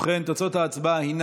ובכן, תוצאות ההצבעה הן